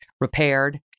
repaired